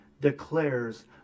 declares